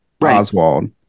oswald